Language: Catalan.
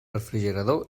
refrigerador